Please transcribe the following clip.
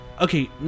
Okay